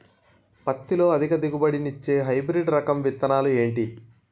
పత్తి లో అధిక దిగుబడి నిచ్చే హైబ్రిడ్ రకం విత్తనాలు ఏంటి